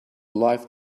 life